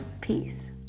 peace